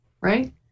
right